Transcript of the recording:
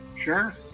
Sure